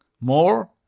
more